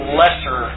lesser